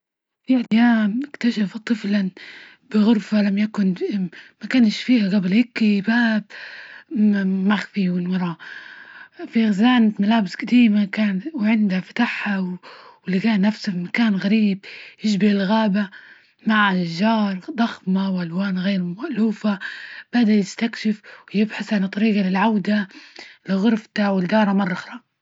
في أيام، اكتشف طفلا بغرفة لم يكن ما كانش فيها جبل هيكي باب م- مخفي من وراه في خزانة ملابس جديمة، كان وعندها فتحها ولجى نفسه بمكان غريب يشبه الغابة مع اشجار ضخمة وألوان غير مألوفة، بدا يستكشف ويبحث عن طريجة للعودة لغرفته ولجاره مرة آخرى.